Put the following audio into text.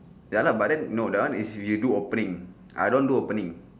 ya lah but then no that one is if you do opening I don't do opening